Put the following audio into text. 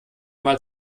mal